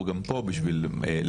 אז בשביל זה אנחנו פה.